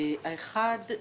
אחד,